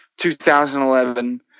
2011